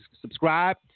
subscribe